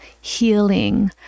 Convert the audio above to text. healing